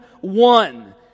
one